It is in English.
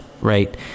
right